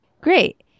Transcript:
Great